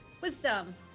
Wisdom